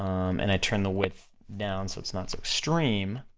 um and i turn the width down so it's not so extreme,